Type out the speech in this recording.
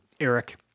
Eric